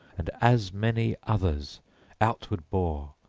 and as many others outward bore,